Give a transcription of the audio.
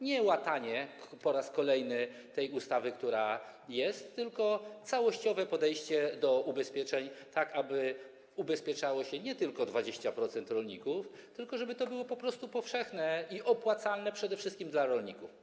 Nie łatanie po raz kolejny tej ustawy, która jest, tylko całościowe podejście do ubezpieczeń, tak aby ubezpieczało się nie tylko 20% rolników, tylko aby to było powszechne i opłacalne przede wszystkim dla rolników.